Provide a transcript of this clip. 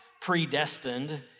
predestined